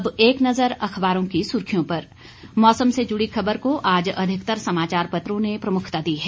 अब एक नज़र अखबारों की सुर्खियों पर मौसम से जुड़ी खबर को आज अधिकतर समाचार पत्रों ने प्रमुखता दी है